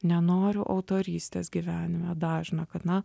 nenoriu autorystės gyvenime dažna kad na